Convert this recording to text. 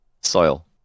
soil